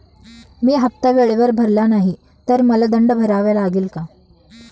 मी हफ्ता वेळेवर भरला नाही तर मला दंड भरावा लागेल का?